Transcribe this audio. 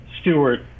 Stewart